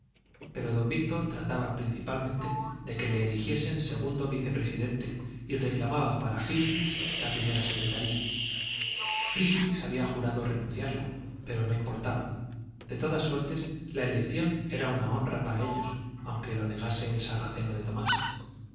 pero don víctor trataba principalmente de que le eligiesen segundo vicepresidente y reclamaba para frígilis la primera secretaría frígilis había jurado renunciarla pero no importaba de todas suertes la elección era una honra para ellos aunque lo negase el sarraceno de tomás